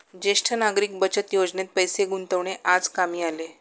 ज्येष्ठ नागरिक बचत योजनेत पैसे गुंतवणे आज कामी आले